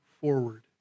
forward